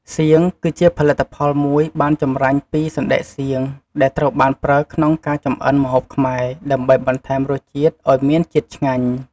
សៀង គឺជាផលិតផលមួយបានចម្រាញ់ពីសណ្តែកសៀង ដែលត្រូវបានប្រើក្នុងការចំអិនម្ហូបខ្មែរ ដើម្បីបន្ថែមរសជាតិឱ្យមានជាតិឆ្ងាញ់។